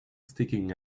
sticking